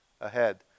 ahead